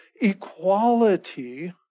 equality